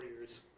years